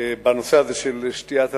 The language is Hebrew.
בנושא הזה של שתיית אלכוהול.